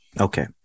Okay